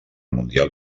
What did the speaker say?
mundial